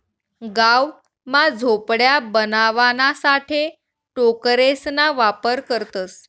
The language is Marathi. गाव मा झोपड्या बनवाणासाठे टोकरेसना वापर करतसं